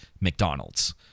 mcdonald's